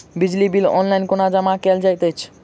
बिजली bill online कोना जमा कएल जाइत अछि?